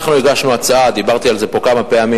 אנחנו הגשנו הצעה, דיברתי על זה פה כמה פעמים.